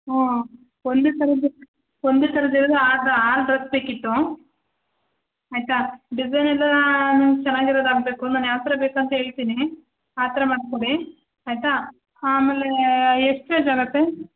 ಹ್ಞೂ ಒಂದೇ ಥರದ್ದು ಒಂದೇ ಥರದ್ದು ಎಲ್ಲ ಆದು ಆರು ಡ್ರಸ್ ಬೇಕಿತ್ತು ಆಯ್ತಾ ಡಿಸೈನ್ ಎಲ್ಲವು ಚೆನ್ನಾಗಿರೋದು ಆಗಬೇಕು ನಾನು ಯಾವ ಥರ ಬೇಕುಂತ ಹೇಳ್ತೀನಿ ಆ ಥರ ಮಾಡ್ಕೊಡಿ ಆಯ್ತಾ ಆಮೇಲೆ ಎಷ್ಟು ರೇಂಜ್ ಆಗುತ್ತೆ